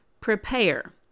prepare